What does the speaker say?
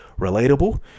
Relatable